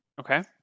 Okay